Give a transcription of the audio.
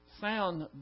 sound